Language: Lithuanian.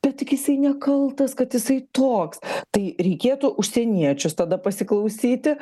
bet taig jisai nekaltas kad jisai toks tai reikėtų užsieniečius tada pasiklausyti